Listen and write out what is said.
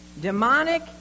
demonic